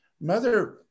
Mother